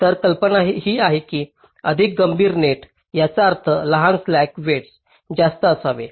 तर कल्पना ही आहे की अधिक गंभीर नेट याचा अर्थ लहान स्लॅक वेईटस जास्त असावे